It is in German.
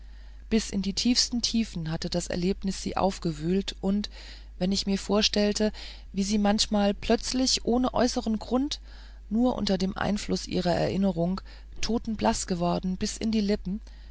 bis in die tiefsten tiefen hatte das erlebnis sie aufgewühlt und wenn ich mir vorstellte wie sie manchmal plötzlich ohne äußern grund nur unter dem einfluß ihrer erinnerung totenblaß geworden war bis in die lippen